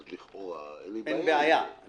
אז לכאורה אין לי בעיה עם זה.